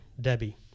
Debbie